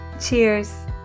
Cheers